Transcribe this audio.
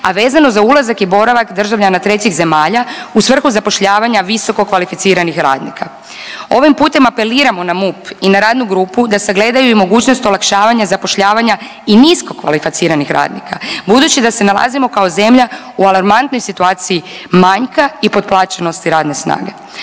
a vezano za ulazak i boravak državljana trećih zemalja u svrhu zapošljavanja visokokvalificiranih radnika. Ovim putem apeliramo na MUP i na radnu grupu da sagledaju i mogućnost olakšavanja zapošljavanja i niskokvalificiranih radnika budući da se nalazimo kao zemlja u alarmantnoj situaciji manjka i potplaćenosti radne snage.